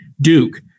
Duke